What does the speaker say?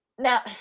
Now